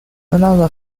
another